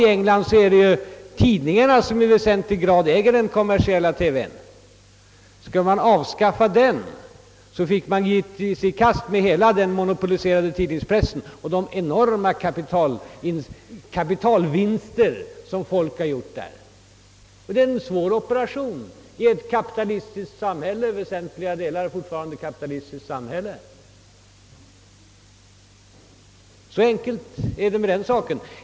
I England äger tidningarna i väsentlig grad den kommersiella TV:n. Skall man avskaffa denna, får man ge sig i kast med hela den monopoliserade tidningspressen, inom vilken det gjorts så enorma kapitalvinster. Detta är en svår operation i ett till väsentliga delar fortfarande kapitalistiskt samhälle. Så enkelt är det med den saken.